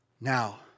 Now